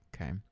okay